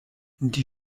die